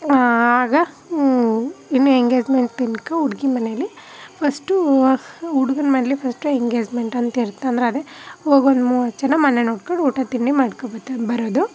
ಆಗ ಇನ್ನೂ ಎಂಗೇಜ್ಮೆಂಟ್ ತನ್ಕ ಹುಡ್ಗಿ ಮನೇಲಿ ಫಸ್ಟೂ ಹುಡ್ಗನ ಮನೇಲಿ ಫಸ್ಟು ಎಂಗೇಜ್ಮೆಂಟ್ ಅಂತಿರ್ತ ಅಂದ್ರೆ ಅದೇ ಹೋಗಿ ಒಂದು ಮೂವತ್ತು ಜನ ಮನೆ ನೋಡ್ಕೊಂಡು ಊಟ ತಿಂಡಿ ಮಾಡ್ಕೊಂಡ್ಬತಂದು ಬರೋದು